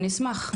אני אשמח.